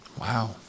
Wow